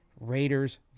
Raiders